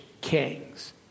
kings